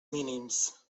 mínims